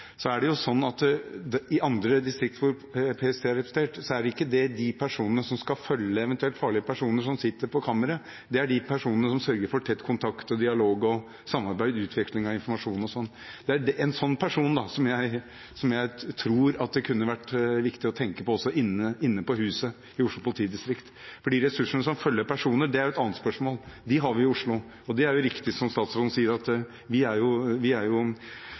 Det er sånn i andre distrikter der PST er representert, at det ikke er de personene som skal følge eventuelt farlige personer, som sitter på kammeret. Det er de personene som sørger for tett kontakt, dialog og samarbeid og utveksling av informasjon. Det er en sånn person jeg tror det kunne vært viktig å tenke på å ha også inne på huset i Oslo politidistrikt. De ressursene som følger personene, er et annet spørsmål – de har vi i Oslo. Det er riktig som statsråden sier, at vi er i en god situasjon der vi